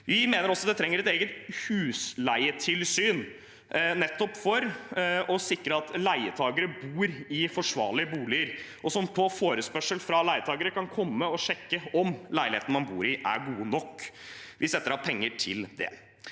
Vi mener også det trengs et eget husleietilsyn – nettopp for å sikre at leietakere bor i forsvarlige boliger – som på forespørsel fra leietakere kan komme og sjekke om leiligheten man bor i, er god nok. Vi setter av penger til det.